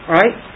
right